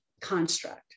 construct